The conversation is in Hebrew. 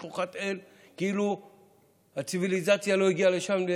שכוחת אל, כאילו הציוויליזציה לא הגיעה לשם.